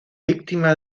víctima